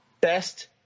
best